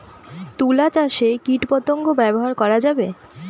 তুলা চাষে কীটপতঙ্গ ব্যবহার করা যাবে?